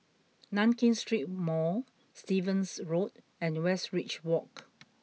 Nankin Street Mall Stevens Road and Westridge Walk